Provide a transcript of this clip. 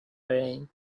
brain